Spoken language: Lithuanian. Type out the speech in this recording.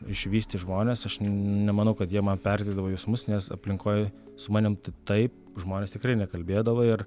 išvysti žmones aš nemanau kad jie man perteikdavo jausmus nes aplinkoj su manim taip žmonės tikrai nekalbėdavo ir